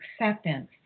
acceptance